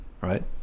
right